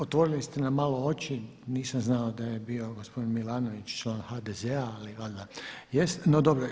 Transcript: Otvorili ste nam malo oči, nisam znao da je bio gospodin Milanović član HDZ-a ali valjda jest, no dobro.